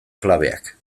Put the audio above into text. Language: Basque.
klabeak